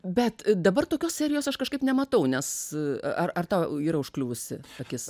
bet dabar tokios serijos aš kažkaip nematau nes ar ar tau yra užkliuvusi akis